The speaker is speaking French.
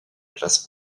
classe